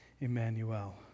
Emmanuel